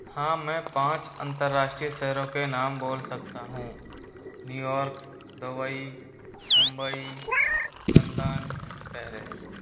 हाँ मैं पाँच अंतर्राष्ट्रीय शहरों के नाम बोल सकता हूँ New York Dubai Mumbai London Paris